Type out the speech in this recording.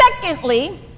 Secondly